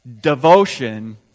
devotion